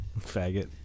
Faggot